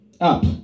up